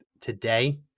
today